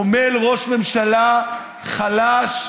עמל ראש ממשלה חלש,